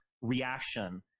reaction